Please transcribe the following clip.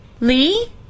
Lee